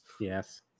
yes